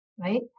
right